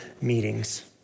meetings